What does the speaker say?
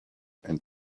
and